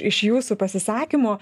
iš jūsų pasisakymo